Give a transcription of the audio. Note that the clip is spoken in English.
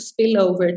spillover